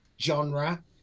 genre